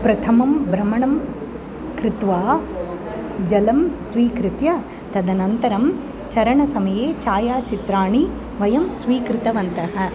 प्रथमं भ्रमणं कृत्वा जलं स्वीकृत्य तदनन्तरं चारणसमये छायाचित्राणि वयं स्वीकृतवन्तः